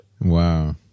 Wow